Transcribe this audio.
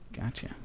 gotcha